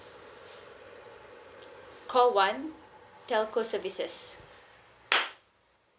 call one telco services